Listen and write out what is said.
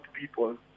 people